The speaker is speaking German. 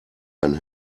ein